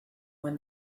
when